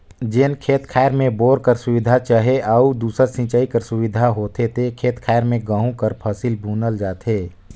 जेन खेत खाएर में बोर कर सुबिधा चहे अउ दूसर सिंचई कर सुबिधा होथे ते खेत खाएर में गहूँ कर फसिल बुनल जाथे